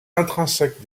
intrinsèques